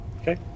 Okay